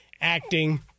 acting